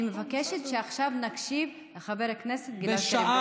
אני מבקשת שעכשיו נקשיב לחבר הכנסת גלעד קריב,